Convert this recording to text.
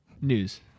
News